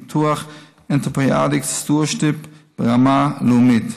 פיתוח Antibiotic Stewardship ברמה לאומית.